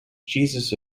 jesus